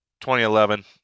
2011